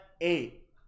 eight